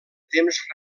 temps